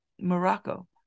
Morocco